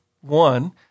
one